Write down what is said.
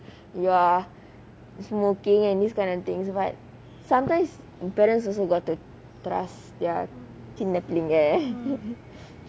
you're smoking and these kind of things but sometimes parents also got to trust their சின்ன பிள்ளைங்க:chinna pillainga